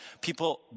people